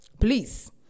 Please